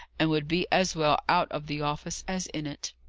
and would be as well out of the office as in it.